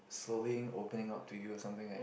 slowly opening up to you or something like